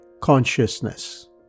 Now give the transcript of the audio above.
consciousness